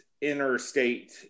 interstate